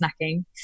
snacking